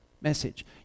message